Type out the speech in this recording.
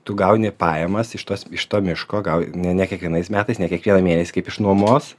tu gauni pajamas iš tos iš to miško gal ne ne kiekvienais metais ne kiekvieną mėnesį kaip iš nuomos